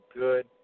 good